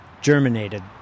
germinated